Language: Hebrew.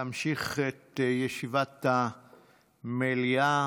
להמשיך את ישיבת המליאה.